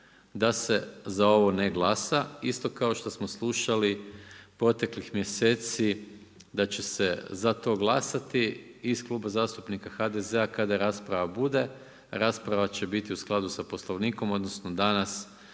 da se za ovo ne glasa isto kao što smo slušali proteklih mjeseci da će se za to glasati i iz Kluba zastupnika HDZ-a kada rasprava bude, rasprava će biti u skladu sa Poslovnikom, odnosno danas